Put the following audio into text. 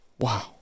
Wow